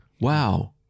Wow